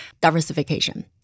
Diversification